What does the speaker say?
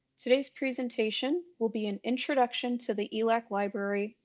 today's presentation will be an introduction to the elac library,